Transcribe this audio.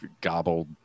gobbled